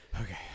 Okay